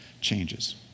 changes